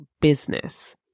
business